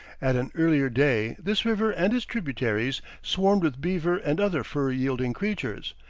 at an earlier day this river and its tributaries swarmed with beaver and other fur-yielding creatures,